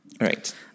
right